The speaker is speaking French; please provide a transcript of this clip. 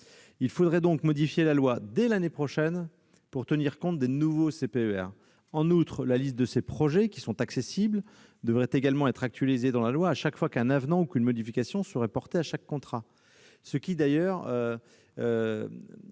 Il faudrait donc modifier la loi dès l'année prochaine pour tenir compte des nouveaux CPER. En outre, la liste de ces projets, qui est accessible, devrait également être actualisée dans la loi chaque fois qu'une modification serait apportée à chaque contrat, ce qui ôterait